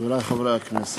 חברי חברי הכנסת,